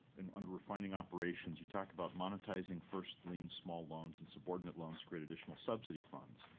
and on refining operations, you talk about monetizing first liens, small loans, and subordinate loans create additional subsidy funds.